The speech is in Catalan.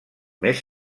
més